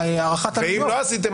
איזושהי הערכת עלויות.